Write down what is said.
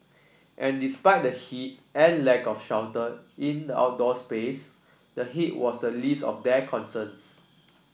and despite the heat and lack of shelter in the outdoor space the heat was the least of their concerns